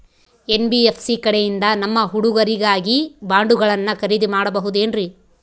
NBFC ಕಡೆಯಿಂದ ನಮ್ಮ ಹುಡುಗರಿಗಾಗಿ ಬಾಂಡುಗಳನ್ನ ಖರೇದಿ ಮಾಡಬಹುದೇನ್ರಿ?